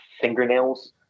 fingernails